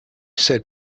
said